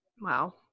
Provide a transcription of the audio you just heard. wow